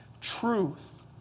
truth